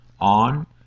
on